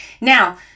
Now